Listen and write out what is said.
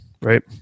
right